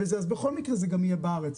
בכל מקרה זה גם יהיה בארץ,